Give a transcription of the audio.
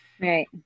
Right